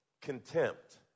contempt